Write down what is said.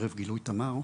ערב גילוי תמר,